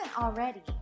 already